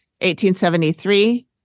1873